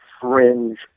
fringe